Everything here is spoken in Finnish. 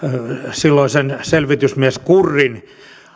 silloisen selvitysmies kurrin